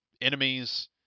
Enemies